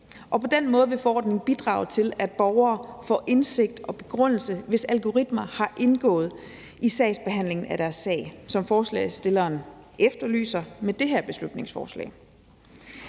på den måde vil forordningen bidrage til, at borgere får indsigt og begrundelse, hvis algoritmer har indgået i behandlingen af deres sag, som forslagsstillerne efterlyser med det her beslutningsforslag.